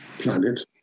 planet